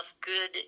good